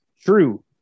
True